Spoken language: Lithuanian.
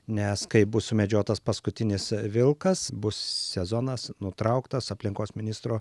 nes kai bus sumedžiotas paskutinis vilkas bus sezonas nutrauktas aplinkos ministro